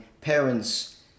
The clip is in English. parents